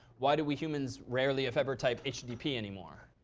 why do we humans rarely if ever type http anymore?